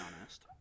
honest